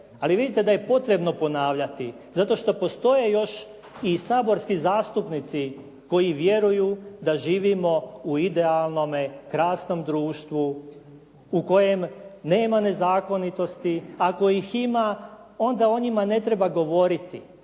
ali vidite da je potrebno ponavljati zato što postoje još i saborski zastupnici koji vjeruju da živimo u idealnome, krasnom društvu u kojem nema nezakonitosti. Ako ih ima onda o njima ne treba govoriti